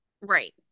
Right